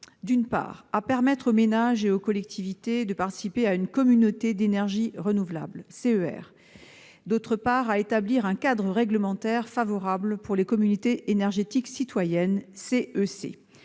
membres de permettre aux ménages et aux collectivités de participer à une communauté d'énergie renouvelable, une CER, et d'établir un cadre réglementaire favorable pour les communautés énergétiques citoyennes, les